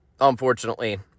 Unfortunately